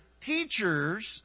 teachers